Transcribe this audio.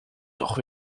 toch